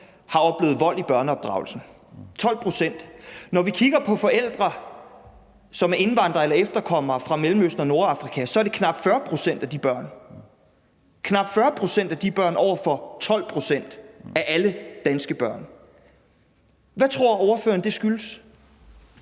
har oplevet vold i børneopdragelsen – 12 pct. Når vi kigger på forældre, som er indvandrere eller efterkommere fra Mellemøsten og Nordafrika, er det knap 40 pct. af de børn – knap40 pct. – over for 12 pct. af alle danske børn. Hvad tror ordføreren at det skyldes?